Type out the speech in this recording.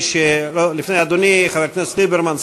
אדוני חבר הכנסת ליברמן,